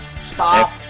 Stop